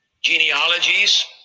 genealogies